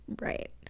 right